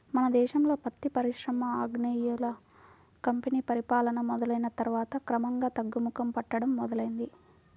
మన దేశంలో పత్తి పరిశ్రమ ఆంగ్లేయుల కంపెనీ పరిపాలన మొదలయ్యిన తర్వాత క్రమంగా తగ్గుముఖం పట్టడం మొదలైంది